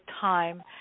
time